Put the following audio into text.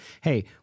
hey